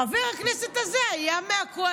חבר הכנסת הזה היה מהקואליציה.